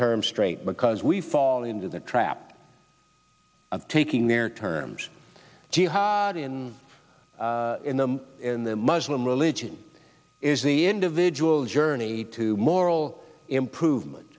terms straight because we fall into the trap of taking their terms jihadi and in them in the muslim religion is the individual journey to moral improvement